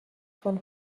von